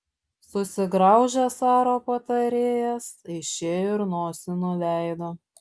susigraužė caro patarėjas išėjo ir nosį nuleido